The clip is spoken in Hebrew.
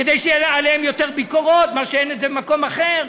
כדי שיהיו עליהם יותר ביקורות, מה שאין במקום אחר?